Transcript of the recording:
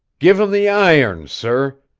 give em the iron, sir.